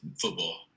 football